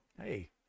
hey